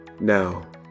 Now